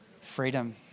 freedom